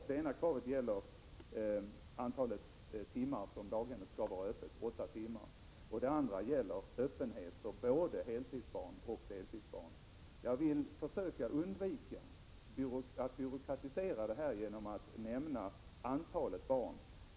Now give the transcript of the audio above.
Det ena kravet är att daghemmen skall vara öppna åtta timmar per dag. Det andra kravet är att daghemmen skall ta emot barn på både heloch deltid. Jag vill försöka undvika att byråkratisera detta genom att nämna antalet barn.